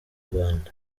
rwanda